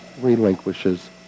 relinquishes